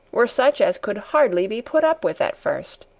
were such as could hardly be put up with at first.